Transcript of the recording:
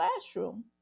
classroom